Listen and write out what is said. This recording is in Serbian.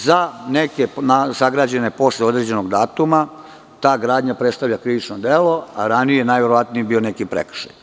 Za neke sagrađene posle određenog datuma, ta gradnja predstavlja krivično delo, a ranije je to bio neki prekršaj.